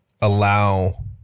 allow